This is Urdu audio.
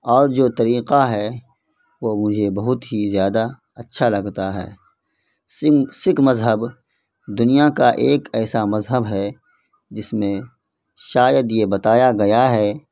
اور جو طریقہ ہے وہ مجھے بہت ہی زیادہ اچھا لگتا ہے سکھ مذہب دنیا کا ایک ایسا مذہب ہے جس میں شاید یہ بتایا گیا ہے